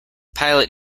pilot